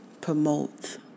promote